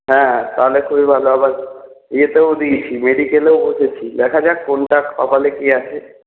হ্যাঁ তাহলে খুবই ভালো হবে ইয়েতেও দিয়েছি মেডিকেলেও বসেছি দেখা যাক কোনটা কপালে কি আছে